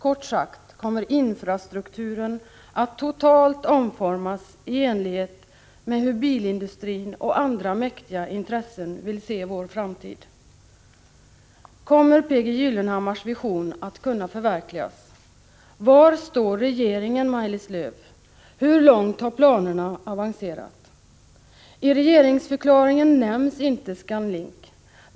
Kort sagt kommer infrastrukturen att totalt omformas i enlighet med hur bilindustrin och andra mäktiga intressen vill se vår framtid. Kommer P.G. Gyllenhammars vision att kunna förverkligas? Var står regeringen, Maj-Lis Lööw? Hur långt har planerna avancerat? I regeringsförklaringen nämns inte Scandinavian Link.